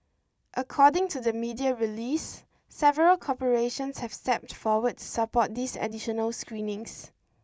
according to the media release several corporations have stepped forward to support these additional screenings